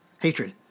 hatred